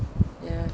ya